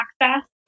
access